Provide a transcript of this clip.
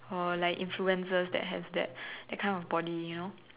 or like influence that just has that kind of body you know